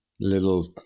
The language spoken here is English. little